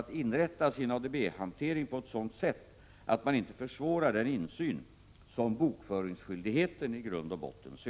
Det borde också